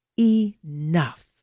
enough